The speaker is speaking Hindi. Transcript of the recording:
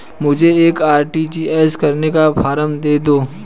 मुझे एक आर.टी.जी.एस करने का फारम दे दो?